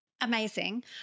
Amazing